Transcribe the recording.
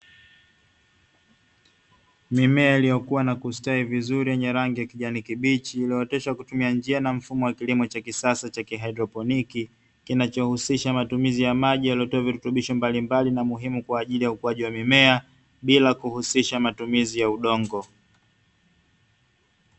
Mimea iliyokua na kustawi vizuri yenye rangi ya kijani kibichi. iliyooteshwa kutimia njia na mfumo wa kilimo cha kisasa cha kihaedroponi, kinachohusisha matumizi ya maji yaliyotoa virutubisho mbalimbali na muhimu kwa ajili ya ukuaji wa mimea, bila kuhusisha matumizi ya udongo.